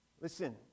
listen